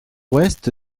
ouest